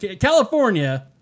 California